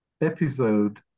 episode